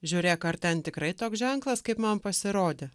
žiūrėk ar ten tikrai toks ženklas kaip man pasirodė